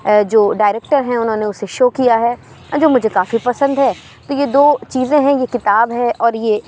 جو ڈائریکٹر ہیں انہوں نے اسے شو کیا ہے جو مجھے کافی پسند ہے تو یہ دو چیزیں ہیں یہ کتاب ہے اور یہ